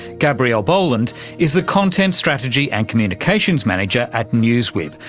gabriele boland is the content strategy and communications manager at newswhip,